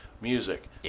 music